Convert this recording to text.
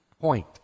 point